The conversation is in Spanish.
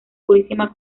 purísima